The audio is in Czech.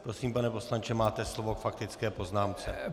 Prosím, pane poslanče, máte slovo k faktické poznámce.